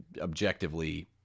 objectively